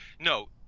no